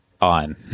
on